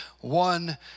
one